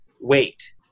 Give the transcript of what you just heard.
wait